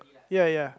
ya ya